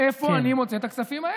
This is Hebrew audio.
איפה אני מוצא את הכספים האלה?